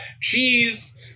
cheese